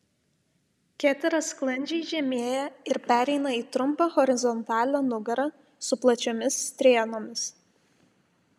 ketera sklandžiai žemėja ir pereina į trumpą horizontalią nugarą su plačiomis strėnomis